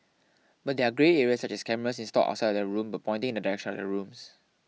but there are grey areas such as cameras installed outside their rooms but pointing in the direction of their rooms